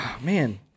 Man